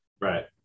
Right